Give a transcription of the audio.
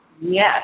Yes